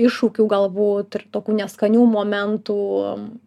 iššūkių galbūt ir tokių neskanių momentų